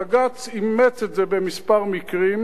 בג"ץ אימץ את זה בכמה מקרים,